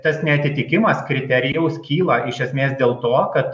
tas neatitikimas kriterijaus kyla iš esmės dėl to kad